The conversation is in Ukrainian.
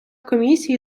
комісії